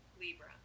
Libra